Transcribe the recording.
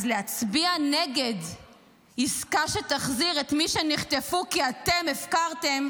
אז להצביע נגד עסקה שתחזיר את מי שנחטפו כי אתם הפקרתם,